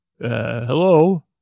Hello